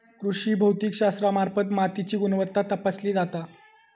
कृषी भौतिकशास्त्रामार्फत मातीची गुणवत्ता तपासली जाता